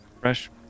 fresh